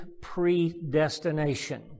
predestination